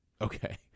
okay